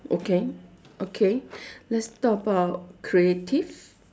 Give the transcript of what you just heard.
okay okay let's talk about creative